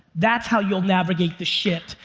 that's how you'll navigate the shit,